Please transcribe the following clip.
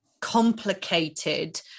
complicated